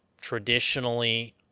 traditionally